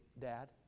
Dad